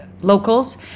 locals